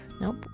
Nope